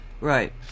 Right